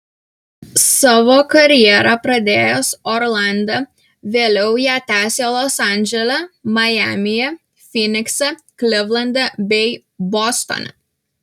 savo karjerą pradėjęs orlande vėliau ją tęsė los andžele majamyje fynikse klivlande bei bostone